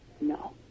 No